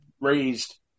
raised